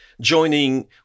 joining